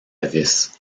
vis